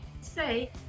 Say